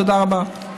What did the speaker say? תודה רבה.